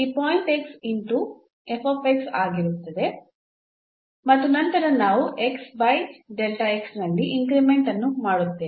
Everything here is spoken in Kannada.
ಈ ಪಾಯಿಂಟ್ ಇಂಟು ಆಗಿರುತ್ತದೆ ಮತ್ತು ನಂತರ ನಾವು ಬೈ ನಲ್ಲಿ ಇನ್ಕ್ರಿಮೆಂಟ್ ಅನ್ನು ಮಾಡುತ್ತೇವೆ